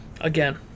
Again